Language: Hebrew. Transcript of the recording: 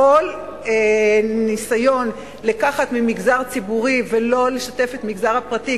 כל ניסיון לקחת מהמגזר הציבורי ולא לשתף את המגזר הפרטי,